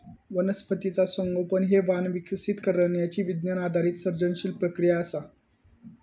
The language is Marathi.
वनस्पतीचा संगोपन हे वाण विकसित करण्यची विज्ञान आधारित सर्जनशील प्रक्रिया असा